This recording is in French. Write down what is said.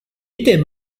était